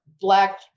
black